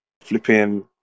flipping